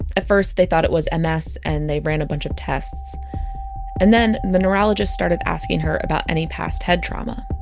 at first they thought it was um ms and they ran a bunch of tests and then the neurologist started asking her about any past head trauma